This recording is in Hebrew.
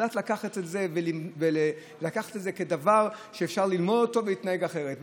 יודעות לקחת את זה כדבר שאפשר ללמוד אותו ולהתנהג אחרת?